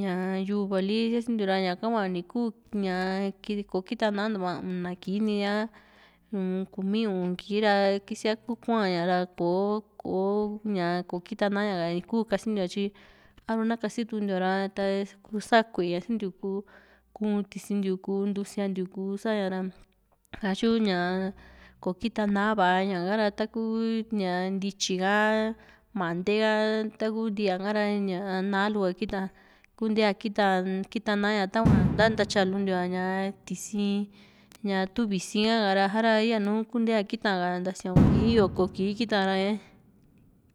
ñaa yuva li siasintiu ra ñaka hua kò´o kita nantua una kii ni a kumi a u´un kii ra kisia kuu kua´n ña ra kò´o ña kita na´ña ka ikuu kasintiu tyi a´ru na kasituku ntiu´ra ta kuu sa kueña sintiu kuu ku´un tisintiu kuu ntusiantiu kuu sa´ña ra asu tyu ñaa kò´o kita na´a va´a ña ha´ra taku ña ntityi ha mantee ka taku ntiaa na´a lu ka kita kuntea kita kita naña ta na ntatyantiulua tisi ña tu vi´si ka ra yanu kuntea a ka kita sia´un oko kii kita´ra